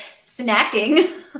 snacking